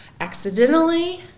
accidentally